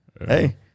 Hey